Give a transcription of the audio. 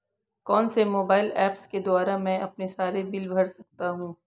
कौनसे mobile apps के द्वारा मैं अपने सारे बिल भर सकता हूं?